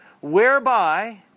whereby